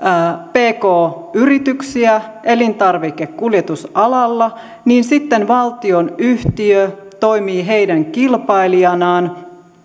pk yrityksiä elintarvikekuljetusalalla niin sitten valtionyhtiö toimii heidän kilpailijanaan ostaa